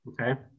Okay